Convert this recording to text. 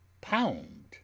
pound